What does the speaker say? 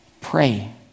pray